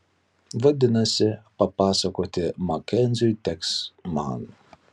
vadinasi papasakoti makenziui teks man